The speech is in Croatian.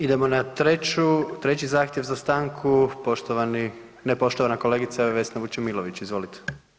Idemo na trći zahtjev za stanku, poštovana kolegica Vesna Vučemilović, izvolite.